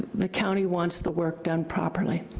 the county wants the work done properly.